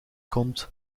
komt